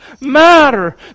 matter